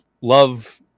love